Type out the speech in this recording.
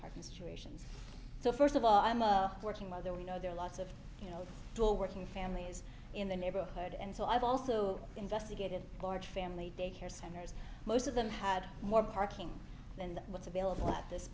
parking situations so first of all i'm a working mother we know there are lots of you know full working families in the neighborhood and so i've also investigated large family daycare centers most of them had more parking than what's available at this